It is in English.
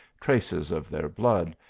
traces of their blood,